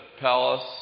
palace